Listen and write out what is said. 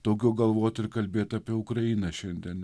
daugiau galvot ir kalbėt apie ukrainą šiandien